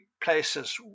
places